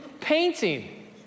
painting